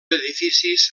edificis